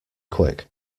quick